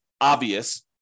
obvious